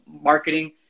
marketing